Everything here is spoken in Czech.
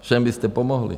Všem byste pomohli.